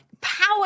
power